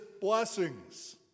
blessings